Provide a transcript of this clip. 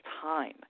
time